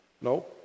No